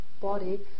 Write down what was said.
body